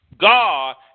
God